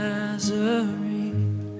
Nazarene